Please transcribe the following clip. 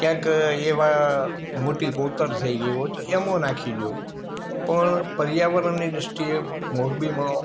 ક્યાંક એવી મોટી કોતર થઈ ગઈ હોય તો એમાં નાખી દ્યો પણ પર્યાવરણની દૃષ્ટિએ મોરબીમાં